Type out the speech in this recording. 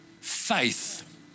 Faith